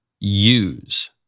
use